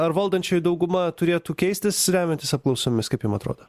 ar valdančioji dauguma turėtų keistis remiantis apklausomis kaip jum atrodo